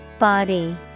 Body